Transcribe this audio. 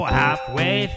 halfway